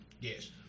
Yes